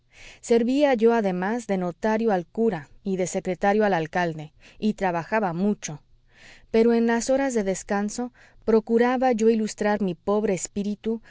servía yo además de notario al cura y de secretario al alcalde y trabajaba mucho pero en las horas de descanso procuraba yo ilustrar mi pobre espíritu